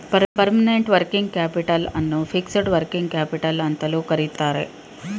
permanent working capital ಅನ್ನು fixed working capital ಅಂತಲೂ ಕರಿತರೆ